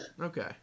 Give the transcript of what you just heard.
okay